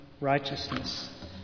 righteousness